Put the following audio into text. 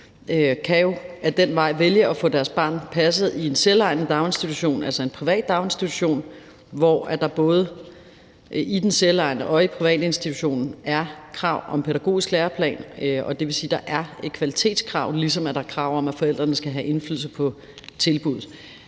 kan jo ad den vej vælge at få deres barn passet i en selvejende daginstitution, altså en privat daginstitution, hvor der i både den selvejende og den private institution er krav om pædagogisk læreplan, og det vil sige, at der er et kvalitetskrav, ligesom der er krav om, at forældrene skal have indflydelse på tilbuddet.